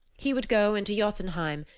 he would go into jotunheim,